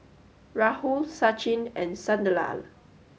Rahul Sachin and Sunderlal